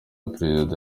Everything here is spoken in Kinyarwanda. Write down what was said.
perezida